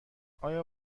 آیا